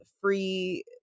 free